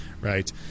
Right